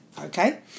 Okay